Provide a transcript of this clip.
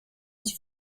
sie